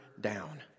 down